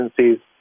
agencies